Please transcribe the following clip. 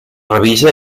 revisa